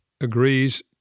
agrees